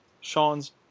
Sean's